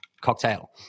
Cocktail